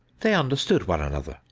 they understood one another,